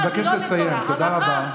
אני מבקש לסיים, תודה רבה.